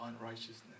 unrighteousness